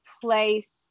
place